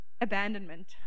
abandonment